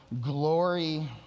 glory